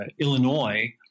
Illinois